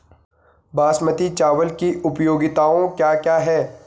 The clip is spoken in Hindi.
बासमती चावल की उपयोगिताओं क्या क्या हैं?